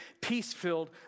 peace-filled